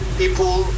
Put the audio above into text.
people